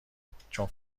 بود، چون